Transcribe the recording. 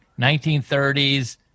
1930s